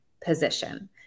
position